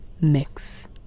Mix